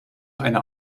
einer